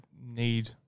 need